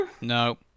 No